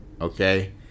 okay